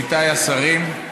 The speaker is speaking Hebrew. עמיתיי השרים,